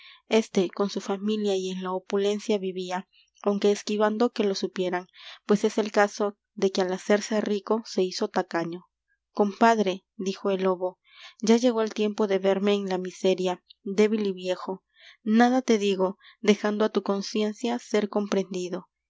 este con su familia y en la opulencia vivía aunque esquivando que lo supieran pues es el caso de que al hacerse rico se hizo t a c a ñ o compadre dijo el lobo ya llegó el tiempo de verme en la miseria débil y viejo nada te digo dejando á tu conciencia ser comprendido